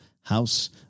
House